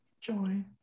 Joy